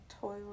...toilet